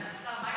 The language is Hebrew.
סגן השר,